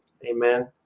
Amen